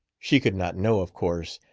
she could not know, of course,